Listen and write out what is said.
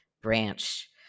branch